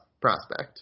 prospect